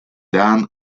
daan